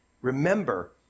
Remember